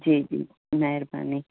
जी जी महिरबानी